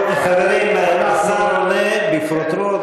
טוב, חברים, השר עונה בפרוטרוט.